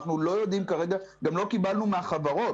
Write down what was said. אנחנו לא יודעים כרגע גם לא קיבלנו מהחברות